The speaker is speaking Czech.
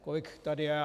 Kolik tady je?